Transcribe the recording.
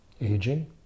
Aging